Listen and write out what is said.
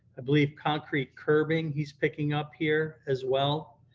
i believe concrete curbing he's picking up here as well,